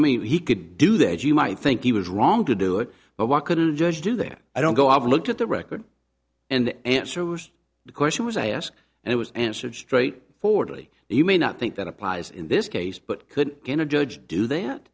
mean he could do that you might think he was wrong to do it but why couldn't the judge do that i don't go i've looked at the record and answer the question was i asked and it was answered straight forwardly you may not think that applies in this case